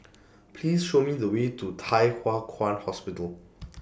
Please Show Me The Way to Thye Hua Kwan Hospital